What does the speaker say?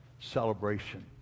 celebration